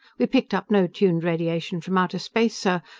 we picked up no tuned radiation from outer space, sir,